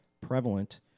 prevalent